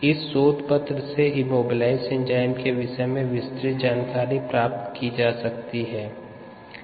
इस शोध पत्र से इमोबिलाइज्ड एंजाइम्स के विषय में विस्तृत जानकारी प्राप्त की जा सकती हैं